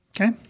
Okay